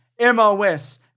MOS